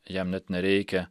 jam net nereikia